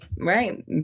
right